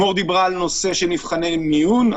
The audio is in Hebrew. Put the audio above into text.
מור דיברה על מבחני המיון,